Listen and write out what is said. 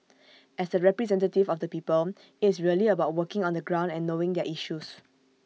as A representative of the people IT is really about working on the ground and knowing their issues